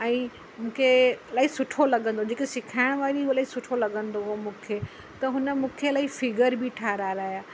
ऐं मूंखे इलाही सुठो लॻंदो हुओ जेकी सेखारण वारी हुई उहो इलाही सुठो लॻंदो हुओ मूंखे त हुन मूंखे इलाही फिगर बि ठाहिराया